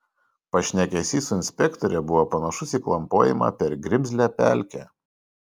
pašnekesys su inspektore buvo panašus į klampojimą per grimzlią pelkę